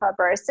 fibrosis